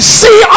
see